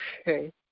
Okay